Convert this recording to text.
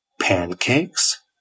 pancakes